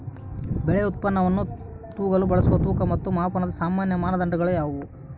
ಬೆಳೆ ಉತ್ಪನ್ನವನ್ನು ತೂಗಲು ಬಳಸುವ ತೂಕ ಮತ್ತು ಮಾಪನದ ಸಾಮಾನ್ಯ ಮಾನದಂಡಗಳು ಯಾವುವು?